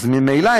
אז ממילא,